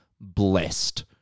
blessed